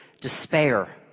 despair